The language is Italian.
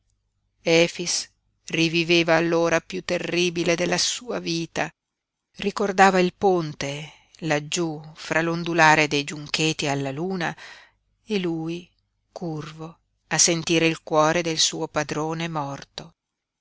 battere efix riviveva l'ora piú terribile della sua vita ricordava il ponte laggiú fra l'ondulare dei giuncheti alla luna e lui curvo a sentire il cuore del suo padrone morto